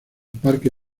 parque